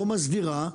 לא מסדירה,